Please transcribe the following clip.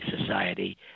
society